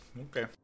okay